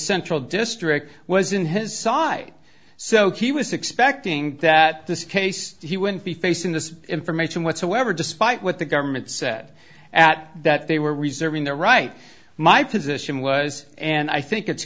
central district was in his side so he was expecting that this case he wouldn't be facing this information whatsoever despite what the government said at that they were reserving the right my position was and i think it's